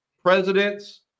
presidents